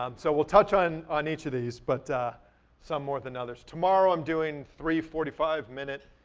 um so we'll touch on on each of these, but some more than others. tomorrow i'm doing three forty five minute